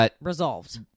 resolved